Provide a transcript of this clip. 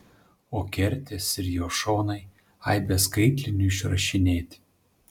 o kertės ir jo šonai aibe skaitlinių išrašinėti